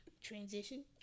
Transition